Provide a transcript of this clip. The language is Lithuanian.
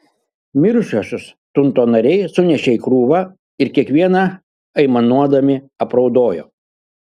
mirusiuosius tunto nariai sunešė į krūvą ir kiekvieną aimanuodami apraudojo